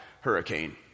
hurricane